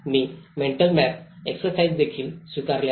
मी mental map एक्सरसाईसेसदेखील स्वीकारले आहेत